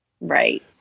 Right